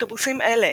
אוטובוסים אלה